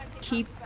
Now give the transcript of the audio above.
keep